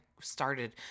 started